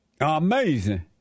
Amazing